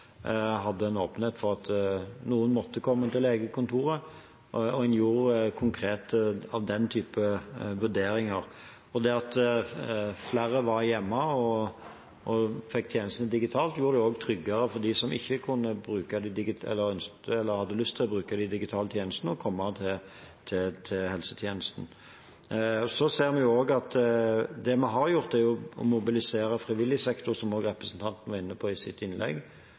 gjorde konkrete vurderinger av den typen. Det at flere var hjemme og fikk tjenestene digitalt, gjorde det også tryggere for dem som ikke kunne eller ikke hadde lyst til å bruke de digitale tjenestene, å komme til helsetjenesten. Det vi har gjort, er å mobilisere frivillig sektor, som også representanten Moflag var inne på i sitt innlegg,